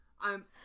I'm-